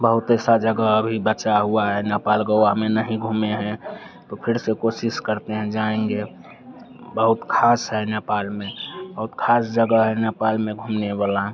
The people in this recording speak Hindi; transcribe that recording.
बहुत ऐसी जगह अभी बची हुई है नेपाल गोआ में नहीं घूमे हैं तो फिर से कोशिश करते हैं जाएँगे अब बहुत ख़ास है नेपाल में बहुत ख़ास जगह है नेपाल में घूमने वला